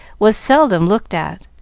was seldom looked at,